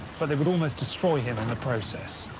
but they would almost destroy him in the process.